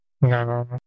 No